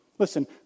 Listen